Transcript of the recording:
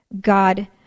God